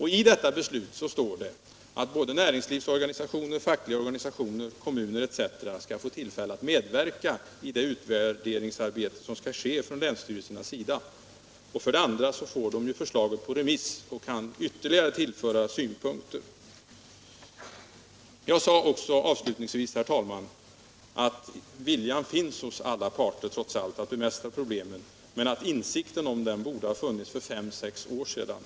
I detta beslut står att näringslivsorganisationer, fackliga organisationer, kommuner etc. skall få tillfälle att medverka i det utvärderingsarbete som skall göras av länsstyrelserna. Dessutom får de förslagen på remiss och kan då ytterligare tillföra synpunkter. Jag sade också avslutningsvis att viljan trots allt finns hos alla parter att bemästra problemen men att insikten om dem borde ha funnits för fem sex år sedan.